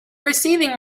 receiving